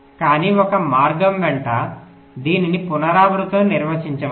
కానీ ఒక మార్గం వెంట దీనిని పునరావృతంగా నిర్వచించవచ్చు